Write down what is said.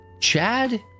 Chad